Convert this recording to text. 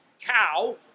cow